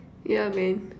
yeah man